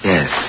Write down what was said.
Yes